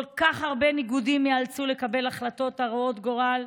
כל כך הרבה ניגודים ייאלצו לקבל החלטות הרות גורל.